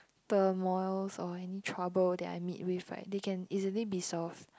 turmoils or any trouble that I meet with right they can easily be solved